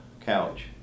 couch